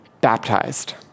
baptized